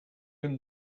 him